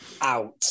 Out